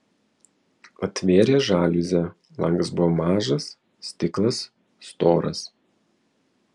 atvėrė žaliuzę langas buvo mažas stiklas storas